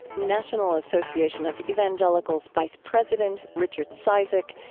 national association of evangelicals vice president richard cizik.